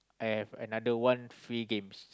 and another one free games